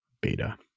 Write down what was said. beta